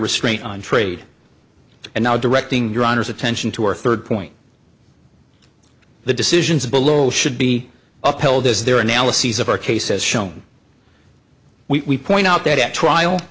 restraint on trade and now directing your attention to our third point the decisions below should be upheld as their analyses of our case as shown we point out that at trial